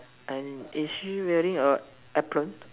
and is she wearing a apron